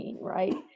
Right